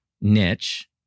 niche